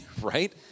Right